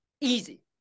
easy